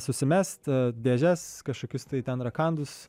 susimest dėžes kažkokius tai ten rakandus